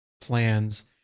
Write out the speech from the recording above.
plans